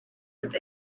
with